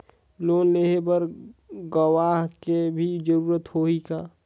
Loan लेहे बर गवाह के भी जरूरत होही का?